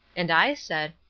and i said,